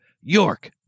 York